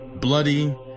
bloody